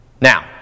Now